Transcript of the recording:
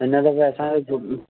हिन लॻे असांजो